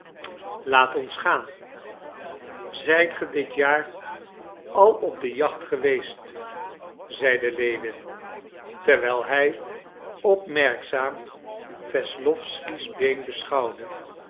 laat ons gaan zijt ge dit jaar al op de jacht geweest zeide lewin terwijl hij opmerkzaam wesslowsky's been beschouwde